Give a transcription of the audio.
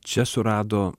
čia surado